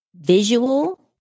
visual